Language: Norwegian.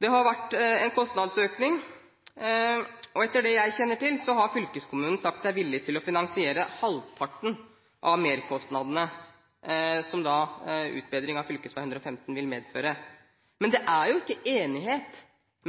Det har vært en kostnadsøkning. Etter det jeg kjenner til, har fylkeskommunen sagt seg villig til å finansiere halvparten av merkostnadene som utbedring av fv. 115 vil medføre, men det er ikke enighet